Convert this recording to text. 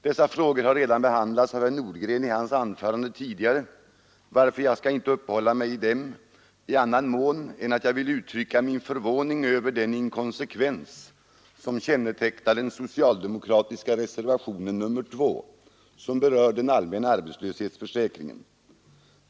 Dessa frågor har redan behandlats av herr Nordgren i hans anförande tidigare, varför jag inte skall uppehålla mig vid dem i annan mån än att jag vill uttrycka min förvåning över den inkonsekvens som kännetecknar den socialdemokratiska reservationen 2, som berör den allmänna arbetslöshetsförsäkringen.